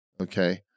Okay